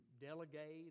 delegate